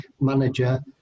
manager